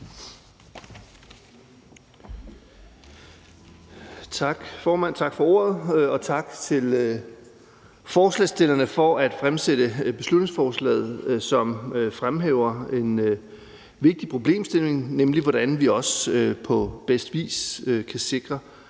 Tak for ordet, formand, og tak til forslagsstillerne for at fremsætte beslutningsforslaget, som fremhæver en vigtig problemstilling, nemlig hvordan vi også på bedste vis kan sikre